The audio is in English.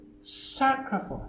sacrifice